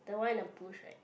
the one in the bush right